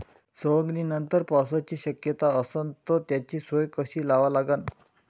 सवंगनीनंतर पावसाची शक्यता असन त त्याची सोय कशी लावा लागन?